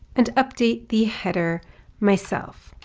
and update the header myself.